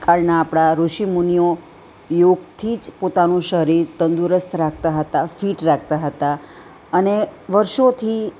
કાળના આપણા ઋષિમુનિઓ યોગથી જ પોતાનું શરીર તંદુરસ્ત રાખતા હતા ફીટ રાખતા હતા અને વર્ષોથી